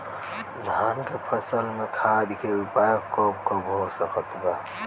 धान के फसल में खाद के उपयोग कब कब हो सकत बा?